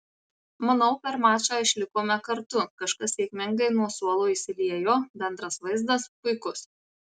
manau per mačą išlikome kartu kažkas sėkmingai nuo suolo įsiliejo bendras vaizdas puikus